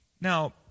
Now